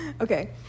okay